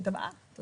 כל